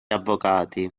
avvocati